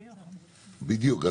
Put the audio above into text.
בדיוק.